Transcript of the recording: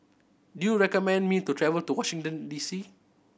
do you recommend me to travel to Washington D C